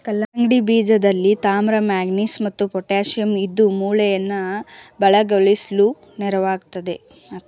ಕಲ್ಲಂಗಡಿ ಬೀಜದಲ್ಲಿ ತಾಮ್ರ ಮ್ಯಾಂಗನೀಸ್ ಮತ್ತು ಪೊಟ್ಯಾಶಿಯಂ ಇದ್ದು ಮೂಳೆಯನ್ನ ಬಲಗೊಳಿಸ್ಲು ನೆರವಾಗ್ತದೆ